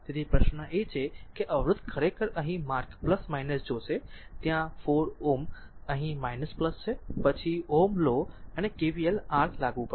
તેથી પ્રશ્ન એ છે કે અવરોધ ખરેખર અહીં માર્ક જોશે તે ત્યાં 4 Ω અહીં છે અને પછી Ωs લો અને KVL r લાગુ પડશે